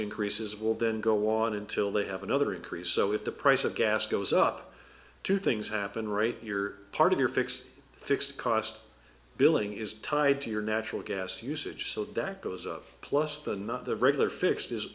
increases will then go on until they have another increase so if the price of gas goes up two things happen right your part of your fix fixed cost billing is tied to your natural gas usage so that goes up plus than the regular fixed